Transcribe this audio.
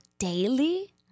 daily